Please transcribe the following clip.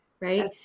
right